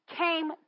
came